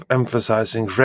emphasizing